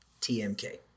TMK